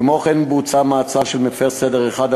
כמו כן בוצע מעצר של מפר סדר אחד,